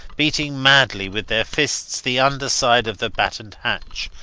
beating madly with their fists the underside of the battened hatch,